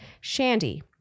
Shandy